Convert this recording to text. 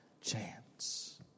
chance